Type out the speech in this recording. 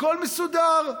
הכול מסודר.